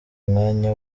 umwanya